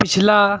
پچھلا